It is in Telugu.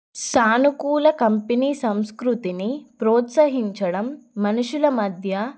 సానుకూల కంపెనీ సంస్కృతిని ప్రోత్సహించడం మనుషుల మధ్య